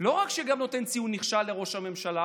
לא רק שגם נותן ציון נכשל לראש הממשלה,